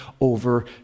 over